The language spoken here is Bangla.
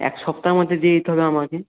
এক সপ্তাহের মধ্যে দিয়ে দিতে হবে আমাকে